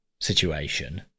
situation